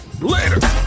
Later